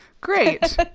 Great